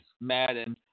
Madden